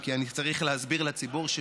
ולשם טוב של נבחר ציבור?